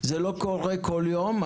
זה לא קורה בכל יום.